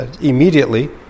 immediately